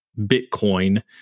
Bitcoin